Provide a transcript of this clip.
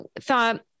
thought